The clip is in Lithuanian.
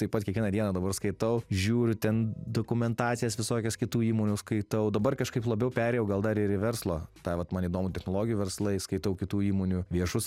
taip pat kiekvieną dieną dabar skaitau žiūriu ten dokumentacijas visokias kitų įmonių skaitau dabar kažkaip labiau perėjau gal dar ir į verslo tą vat man įdomu technologijų verslai skaitau kitų įmonių viešus